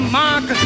mark